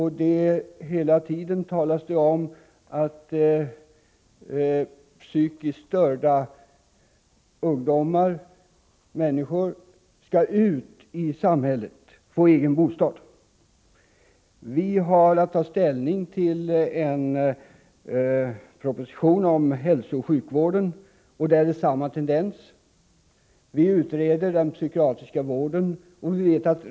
Hela tiden talas det om att psykiskt störda människor skall ut i samhället och få egen bostad. Vi har att ta ställning till en proposition om hälsooch sjukvården, och där är det samma tendens. Vi utreder den psykiatriska vården.